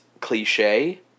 cliche